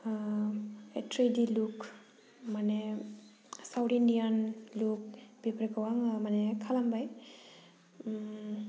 बे three D look माने south Indian look बेफोरखौ आङो माने खालामबाय